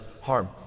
harm